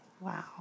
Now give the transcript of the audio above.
Wow